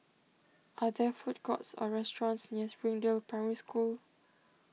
are there food courts or restaurants near Springdale Primary School